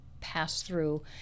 pass-through